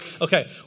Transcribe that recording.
Okay